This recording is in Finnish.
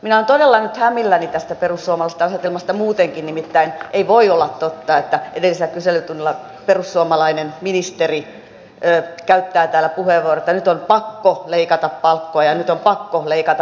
minä olen todella nyt hämilläni tästä perussuomalaisten asetelmasta muutenkin nimittäin ei voi olla totta että edellisellä kyselytunnilla perussuomalainen ministeri käyttää täällä puheenvuoron että nyt on pakko leikata palkkoja nyt on pakko leikata palkkoja